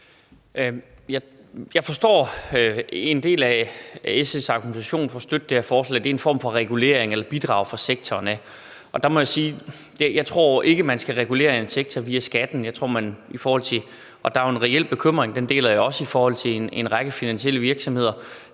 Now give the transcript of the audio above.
Jeg forstår, at en del af SF's argumentation for at støtte det her forslag, er, at det er en form for regulering af eller bidrag fra sektoren. Og jeg må sige, at jeg ikke tror, man skal regulere en sektor via skatten. Der er jo en reel bekymring, og den deler jeg også, i forhold til en række finansielle virksomheder.